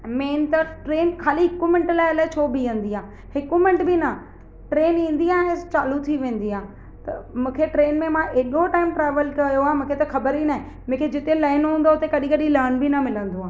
main त train ख़ाली हिकु मिंट लाइ अलाए छो बीहंदी आहे हिकु मिंट बि न ट्रेन ईंदी आहे चालू थी वेंदी आहे त मूंखे ट्रेन में मां हेॾो टाइम ट्रावेल कयो आहे मूंखे त ख़बर ई नाहे मूंखे जिते लहिणो हूंदो उते कॾहिं कॾहिं लहण बि न मिलंदो आहे